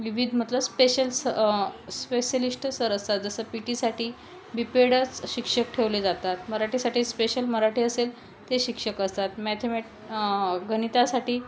विविध मतल स्पेशल स स्पेशलिष्ट सर असतात जसं पी टीसाठी बी पी एडच शिक्षक ठेवले जातात मराठीसाठी स्पेशल मराठी असेल ते शिक्षक असतात मॅथमॅ गणितासाठी